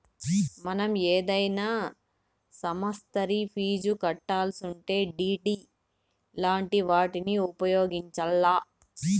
మనం ఏదైనా సమస్తరి ఫీజు కట్టాలిసుంటే డిడి లాంటి వాటిని ఉపయోగించాల్ల